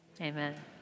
Amen